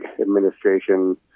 Administration